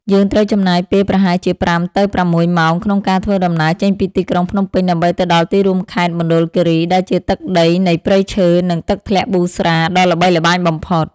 យើងត្រូវចំណាយពេលប្រហែលជាប្រាំទៅប្រាំមួយម៉ោងក្នុងការធ្វើដំណើរចេញពីទីក្រុងភ្នំពេញដើម្បីទៅដល់ទីរួមខេត្តមណ្ឌលគីរីដែលជាទឹកដីនៃព្រៃឈើ និង ទឹកធ្លាក់ប៊ូស្រាដ៏ល្បីល្បាញបំផុត។